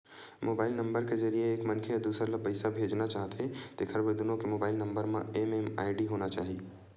mobile number के जरिए एक मनखे ह दूसर ल पइसा भेजना चाहथे तेखर बर दुनो के मोबईल नंबर म एम.एम.आई.डी होना चाही